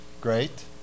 Great